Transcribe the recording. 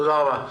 תודה רבה.